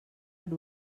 per